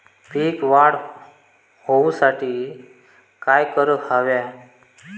पीक वाढ होऊसाठी काय करूक हव्या?